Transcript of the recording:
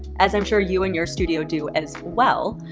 as i'm sure you and your studio do as well.